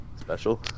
special